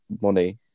money